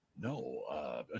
No